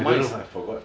I don't know I forgot